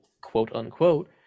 quote-unquote